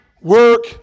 work